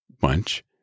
bunch